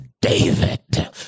david